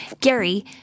gary